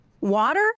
Water